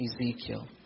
Ezekiel